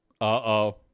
Uh-oh